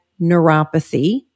neuropathy